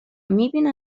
میبینه